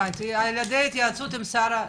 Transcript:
הבנתי, על ידי התייעצות עם שר הדתות.